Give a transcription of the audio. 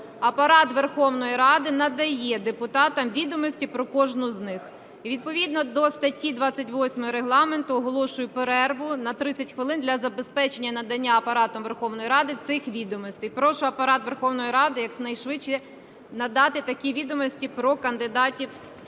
Апарат Верховної Ради надає депутатам відомості про кожну з них. Відповідно до статті 28 Регламенту оголошую перерву на 30 хвилин для забезпечення надання Апаратом Верховної Ради цих відомостей. Прошу Апарат Верховної Ради якнайшвидше надати такі відомості про кандидатів